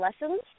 lessons